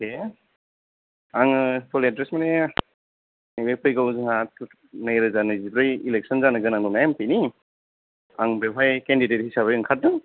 अके आङो full address माने नैबे फैगौ जोंहा नै रोजा नैजिब्रै एलेक्सन जानो गोनां दं एमफिनि आं बेवहाय केन्दिदेत हिसाबै ओंखारदों